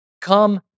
come